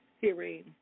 hearing